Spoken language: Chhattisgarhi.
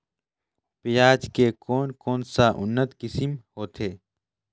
पियाज के कोन कोन सा उन्नत किसम होथे?